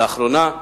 לאחרונה,